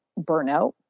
burnout